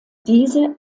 diese